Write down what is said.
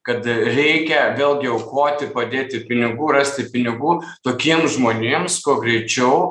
kad reikia vėlgi aukoti padėti pinigų rasti pinigų tokiems žmonėms kuo greičiau